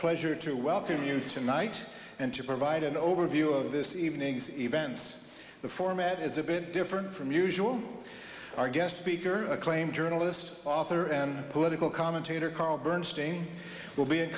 pleasure to welcome you tonight and to provide an overview of this evening's events the format is a bit different from usual our guest speaker acclaimed journalist author and political commentator carl bernstein will be in